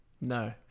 no